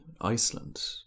Iceland